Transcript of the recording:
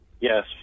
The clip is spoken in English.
Yes